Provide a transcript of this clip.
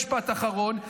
משפט אחרון.